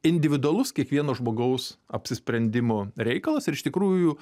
individualus kiekvieno žmogaus apsisprendimo reikalas ir iš tikrųjų